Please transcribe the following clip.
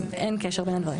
אין קשר בין הדברים.